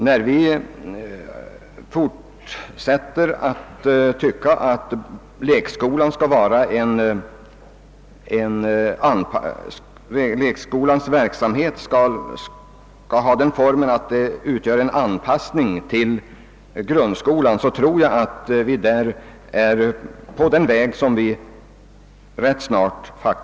När vi fortsätter att anse att lekskolans verksamhet skall ha den formen, att den utgör en anpassning till grundskolan, så tror jag att vi är inne på den väg som ändå rätt snart måste beträdas.